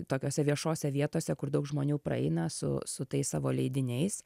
tokiose viešose vietose kur daug žmonių praeina su su tais savo leidiniais